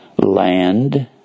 land